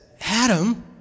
Adam